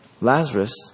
Lazarus